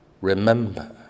Remember